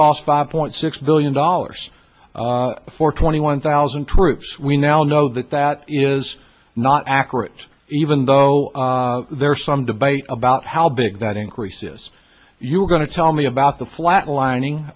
cost five point six billion dollars for twenty one thousand troops we now know that that is not accurate even though there are some debate about how big that increases you're going to tell me about the flatlining